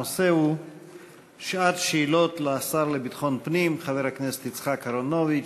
הנושא הוא שעת שאלות לשר לביטחון פנים חבר הכנסת יצחק אהרונוביץ.